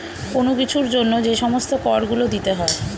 কোন কিছুর জন্য যে সমস্ত কর গুলো দিতে হয়